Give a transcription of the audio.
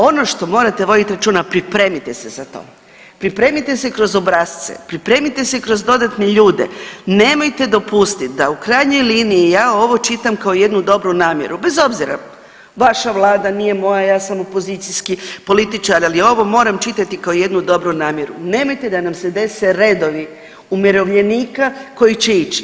Ono što morate vodit računa pripremite se za to, pripremite se kroz obrasce, pripremite se kroz dodatne ljude, nemojte dopustit da u krajnjoj liniji ja ovo čitam kao jednu dobru namjeru bez obzira vaša vlada, nije moja, ja sam opozicijski političar, ali ovo moram čitati kao jednu dobru namjeru, nemojte da nam se dese redovi umirovljenika koji će ići.